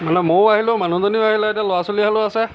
মানে ময়ো আহিলোঁ মানুহজনীও আহিলে এতিয়া ল'ৰা ছোৱালীহালো আছে